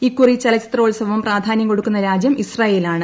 ഇക്കുറി ചലച്ചിത്രോത്സവം പ്രാധാന്യം കൊടുക്കുന്ന രാജ്യം ഇസ്രായേൽ ആണ്